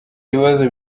ibibazo